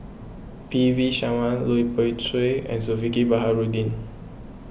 P V Sharma Lui Pao Chuen and Zulkifli Baharudin